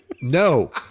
No